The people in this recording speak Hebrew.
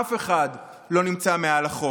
אף אחד לא נמצא מעל החוק.